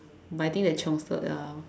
but I think they chiongster ya